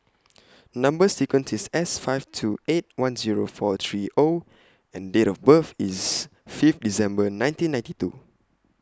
Number sequence IS S five two eight one Zero four three O and Date of birth IS Fifth December nineteen ninety two